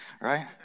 right